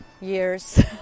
Years